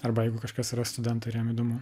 arba jeigu kažkas yra studentai ir jiem įdomu